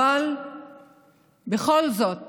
אבל בכל זאת